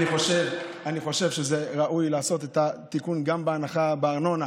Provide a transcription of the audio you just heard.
אני חושב שראוי לעשות את התיקון גם בהנחה בארנונה